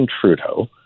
Trudeau